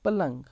پلنٛگ